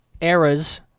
eras